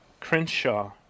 Crenshaw